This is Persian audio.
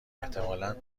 احتمالا